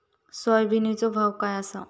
सोयाबीनचो भाव काय आसा?